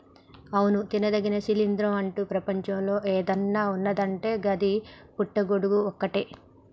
అవును తినదగిన శిలీంద్రం అంటు ప్రపంచంలో ఏదన్న ఉన్నదంటే గది పుట్టి గొడుగులు ఒక్కటే